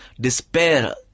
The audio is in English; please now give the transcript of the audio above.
despair